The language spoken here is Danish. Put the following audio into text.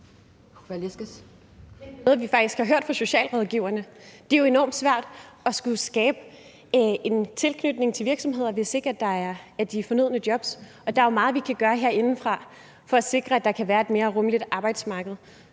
noget, vi faktisk har hørt fra socialrådgiverne, altså at det jo er enormt svært at skulle skabe en tilknytning til virksomheder, hvis ikke der er de fornødne jobs. Der er jo meget, vi kan gøre herindefra for at sikre, at der kan være et mere rummeligt arbejdsmarked.